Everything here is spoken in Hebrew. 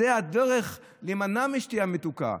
זו הדרך להימנע משתייה מתוקה.